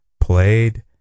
played